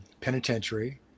penitentiary